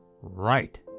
Right